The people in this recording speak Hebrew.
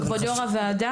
כבוד יו"ר הוועדה,